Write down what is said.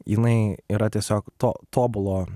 jinai yra tiesiog to tobulo